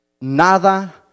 Nada